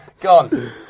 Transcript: gone